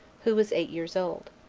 who was eight years old.